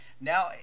now